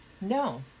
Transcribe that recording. No